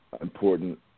important